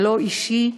ולא אישי.